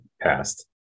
passed